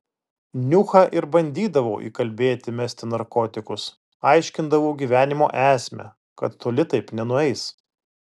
niuchą ir bandydavau įkalbėti mesti narkotikus aiškindavau gyvenimo esmę kad toli taip nenueis